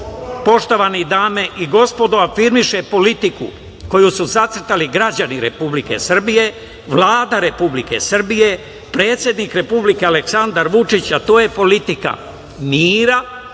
poštovane dame i gospodo, afirmiše politiku koju su zacrtali građani Republike Srbije, Vlada Republike Srbije, predsednik Republike Aleksandar Vučić, a to je politika mira,